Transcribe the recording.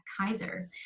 Kaiser